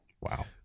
Wow